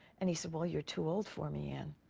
and he said, well, you're too old for me, anne.